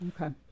Okay